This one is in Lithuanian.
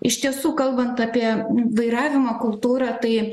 iš tiesų kalbant apie vairavimo kultūrą tai